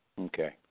Okay